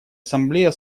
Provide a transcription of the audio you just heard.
ассамблея